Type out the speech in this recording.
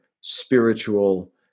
spiritual